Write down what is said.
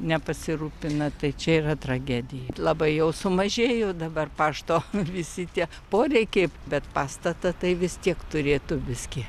nepasirūpina tai čia yra tragedija labai jau sumažėjo dabar pašto visi tie poreikiai bet pastatą tai vis tiek turėtų biskį